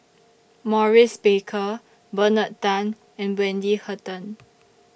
Maurice Baker Bernard Tan and Wendy Hutton